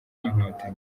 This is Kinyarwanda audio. n’inkotanyi